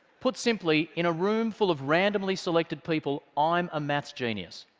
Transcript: put simply, in a room full of randomly selected people, i'm a maths genius.